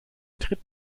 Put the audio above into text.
tritt